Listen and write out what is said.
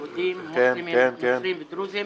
אדוני היושב-ראש, תרצה לומר משהו?